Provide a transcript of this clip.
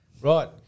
Right